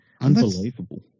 Unbelievable